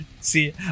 see